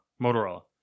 Motorola